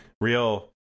real